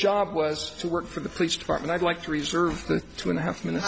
job was to work for the police department i'd like to reserve the two and a half minutes